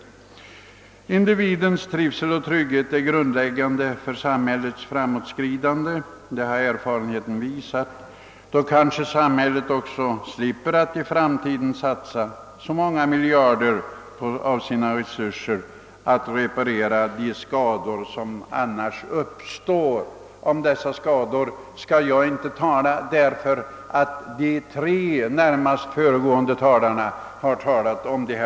Individens trivsel och trygghet är grundläggande för samhällets framåtskridande. Det har erfarenheten visat. Då kanske samhället också slipper att i framtiden satsa miljarder av sina resurser på att reparera de skador som annars uppstår. Jag skall inte gå närmare in på dessa skador, eftersom de tre närmast föregående talarna har tagit upp dem.